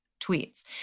tweets